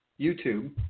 YouTube